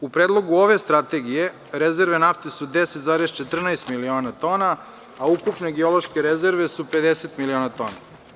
U predlogu ove strategije rezerve nafte su 10,14 miliona tona, a ukupne geološke rezerve su 50 miliona tona.